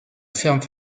ferme